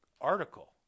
article